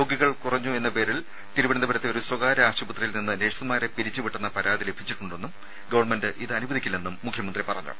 രോഗികൾ കുറഞ്ഞെന്ന പേരിൽ തിരുവനന്തപുരത്തെ ഒരു സ്വകാര്യ ആശുപത്രിയിൽ നിന്ന് നഴ്സുമാരെ പിരിച്ചുവിട്ടെന്ന പരാതി ലഭിച്ചിട്ടുണ്ടെന്നും ഗവൺമെന്റ് ഇതനുവദിക്കില്ലെന്നും മുഖ്യമന്ത്രി പറഞ്ഞു